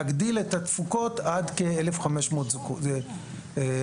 להגדיל את התפוקות עד כ-1,500 זוגות בשנה.